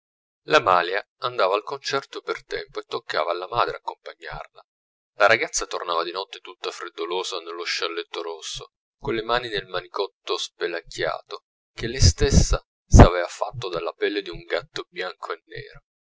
la malia andava al concerto per tempo e toccava alla madre accompagnarla la ragazza tornava di notte tutta freddolosa nello scialletto rosso con le mani nel manicotto spelacchiato che lei stessa s'aveva fatto dalla pelle di un gatto bianco e nero